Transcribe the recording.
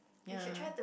ya